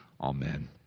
Amen